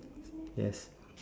yes